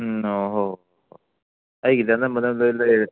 ꯎꯝ ꯑꯣ ꯍꯣꯏ ꯍꯣꯏ ꯑꯩꯒꯤꯗꯤ ꯑꯅꯝꯕꯅ ꯂꯣꯏ ꯂꯩꯔꯦ